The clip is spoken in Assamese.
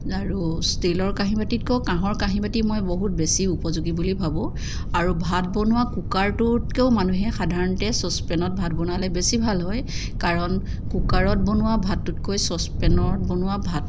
আৰু ষ্টীলৰ কাঁহী বাতিতকৈও কাঁহৰ কাঁহী বাতি মই বহুত উপযোগী বুলি ভাবোঁ আৰু ভাত বনোৱা কুকাৰটোতকৈও মানুহে সাধাৰণতে ছচপেনত বনালে বেছি ভাল হয় কাৰণ কুকাৰত বনোৱা ভাতটোতকৈ ছচপেনত বনোৱা ভাত